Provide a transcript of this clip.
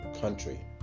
country